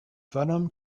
venom